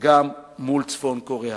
גם מול צפון-קוריאה.